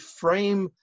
frame